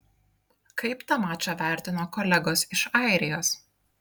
kaip tą mačą vertino kolegos iš airijos